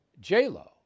JLo